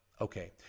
Okay